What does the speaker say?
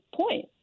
point